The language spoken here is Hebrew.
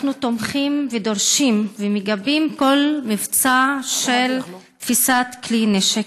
אנחנו תומכים ודורשים ומגבים כל מבצע של תפיסת כלי נשק.